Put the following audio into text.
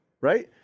Right